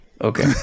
Okay